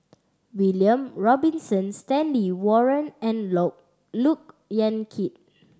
William Robinson Stanley Warren and Look Yan Kit